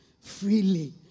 freely